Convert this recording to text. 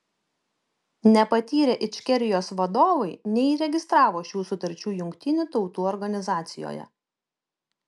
nepatyrę ičkerijos vadovai neįregistravo šių sutarčių jungtinių tautų organizacijoje